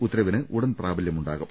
ഉത്തരവിന് ഉടൻ പ്രാബ ല്യമുണ്ടാകും